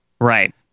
right